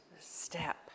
step